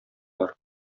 бар